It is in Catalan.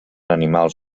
animals